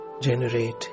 generate